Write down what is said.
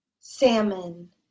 salmon